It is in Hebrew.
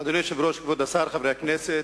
אדוני היושב-ראש, כבוד השר, חברי הכנסת,